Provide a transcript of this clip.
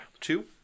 Two